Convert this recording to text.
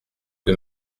que